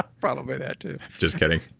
probably that, too just kidding